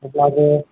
अब्लाबो